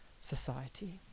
society